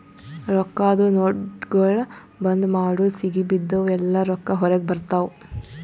ರೊಕ್ಕಾದು ನೋಟ್ಗೊಳ್ ಬಂದ್ ಮಾಡುರ್ ಸಿಗಿಬಿದ್ದಿವ್ ಎಲ್ಲಾ ರೊಕ್ಕಾ ಹೊರಗ ಬರ್ತಾವ್